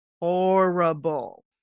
horrible